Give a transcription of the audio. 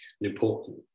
important